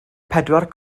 pedwar